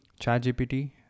ChatGPT